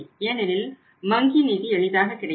ஏனெனில் வங்கி நிதி எளிதாக கிடைக்கிறது